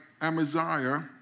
Amaziah